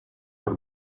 her